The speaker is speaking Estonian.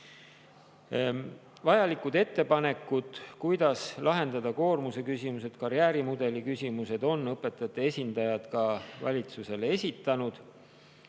Vajalikud ettepanekud, kuidas lahendada koormuse küsimused ja karjäärimudeli küsimused, on õpetajate esindajad valitsusele esitanud.